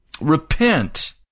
Repent